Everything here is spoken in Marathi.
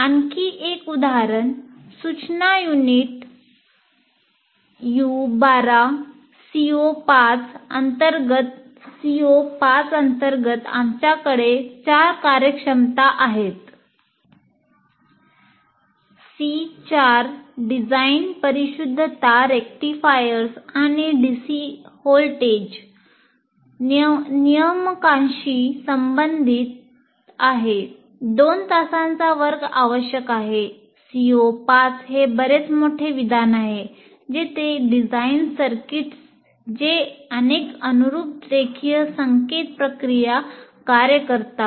आणखी एक उदाहरणः सूचना युनिट U12 सीओ 5 हे बरेच मोठे विधान आहे जेथे डिझाइन सर्किट्स जे अनेक अनुरूप रेखीय संकेत प्रक्रिया कार्य करतात